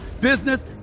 business